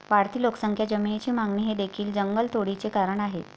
वाढती लोकसंख्या, जमिनीची मागणी हे देखील जंगलतोडीचे कारण आहे